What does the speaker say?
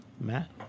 Matt